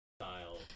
style